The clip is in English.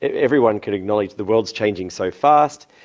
everyone can acknowledge the world's changing so fast.